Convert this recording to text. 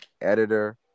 editor